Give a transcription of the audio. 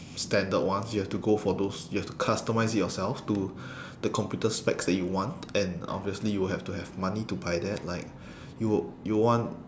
standard ones you have to go for those you have to customise it yourself to the computer specs that you want and obviously you have to have money to buy that like you you want